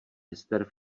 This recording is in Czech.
ester